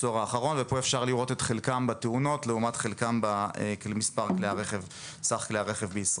משרד התחבורה בשנת 2018. נציג מספר מהליקויים שקשורים לכלי רכב כבדים,